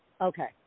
Okay